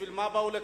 בשביל מה באו לכאן?